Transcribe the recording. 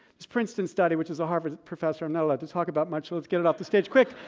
it's princeton study, which, as a harvard professor i'm not allowed to talk about much, let's get it off the stage quick.